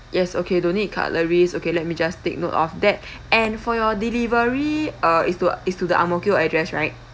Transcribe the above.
yes okay don't need cutleries okay let me just take note of that and for your delivery uh is to is to the Ang Mo Kio address right